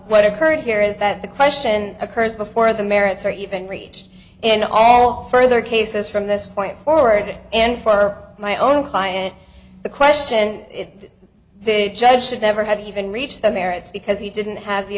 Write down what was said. what occurred here is that the question occurs before the merits or even reached and all further cases from this point forward and for my own client the question the judge should never have even reached the merits because he didn't have the